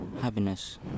happiness